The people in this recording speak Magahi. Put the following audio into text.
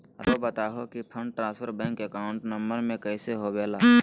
रहुआ बताहो कि fund transfer bank account number में कैसे होबेला?